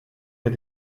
mit